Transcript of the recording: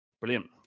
Brilliant